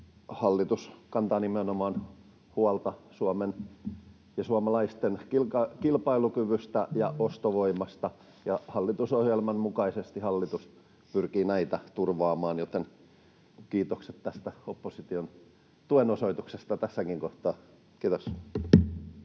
Hallitus kantaa huolta nimenomaan Suomen ja suomalaisten kilpailukyvystä ja ostovoimasta. Hallitusohjelman mukaisesti hallitus pyrkii näitä turvaamaan, joten kiitokset tästä opposition tuen osoituksesta tässäkin kohtaa. — Kiitos.